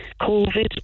COVID